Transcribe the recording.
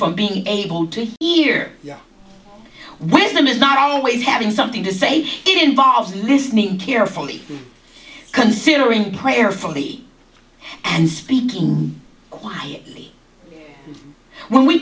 from being able to ear with them is not always having something to say it involves listening carefully considering prayerfully and speaking quietly when we